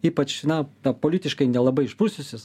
ypač na ta politiškai nelabai išprususios